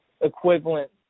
equivalent